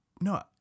no